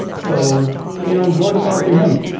so you know more the power to him.